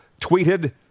tweeted